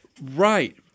Right